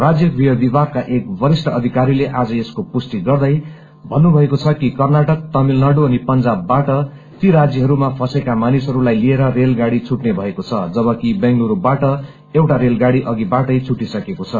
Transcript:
राज्य गृह विभागका एक वरिष्ठ अधिकारीले आज यसको पुष्टि गर्दै भन्नुभएको छ कि कर्नाटक तमिलनाडु अनि पंजाबबाट ती राज्यहरूमा फँसेका मानिसहरूलाई लिएर रेल गाड़ी छुटने भएको छ जबकि बेंगलुरूबाट एउटा रेलगाड़ी अधिबाटै छुटिसकेको छ